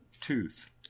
tooth